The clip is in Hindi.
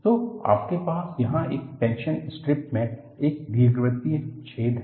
तो आपके पास यहां एक टेंशन स्ट्रिप में एक दीर्घवृत्तीय छेद है